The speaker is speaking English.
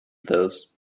those